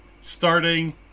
starting